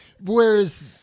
Whereas